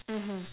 mmhmm